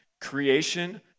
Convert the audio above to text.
Creation